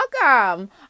welcome